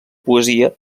poesia